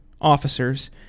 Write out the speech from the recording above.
officers